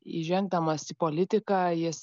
įžengdamas į politiką jis